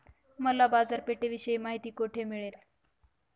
मला बाजारपेठेविषयी माहिती कोठे मिळेल?